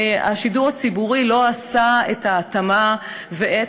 השידור הציבורי לא עשה את ההתאמה ואת